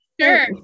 Sure